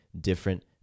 different